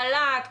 חל"ת,